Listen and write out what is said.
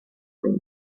peña